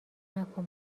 نکن